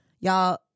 Y'all